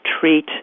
treat